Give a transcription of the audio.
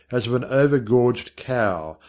as of an over-gorged cow,